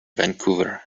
vancouver